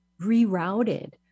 rerouted